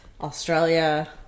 Australia